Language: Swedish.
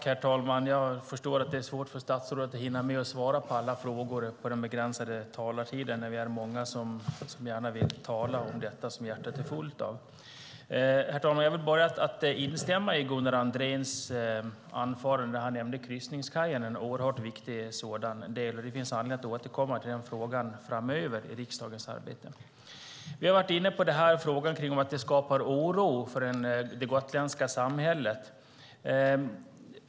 Herr talman! Jag förstår att det är svårt för statsrådet att hinna med att svara på alla frågor på den begränsade talartiden när vi är många som gärna vill tala om det som hjärtat är fullt av. Jag börjar med att instämma i Gunnar Andréns anförande. Han nämnde kryssningskajen som är oerhört viktig. Det finns anledning att återkomma till den frågan framöver i riksdagens arbete. Vi har varit inne på frågan att detta skapar oro i det gotländska samhället.